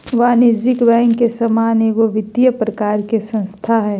वाणिज्यिक बैंक के समान एगो वित्तिय प्रकार के संस्था हइ